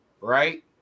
right